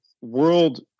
world